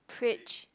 preach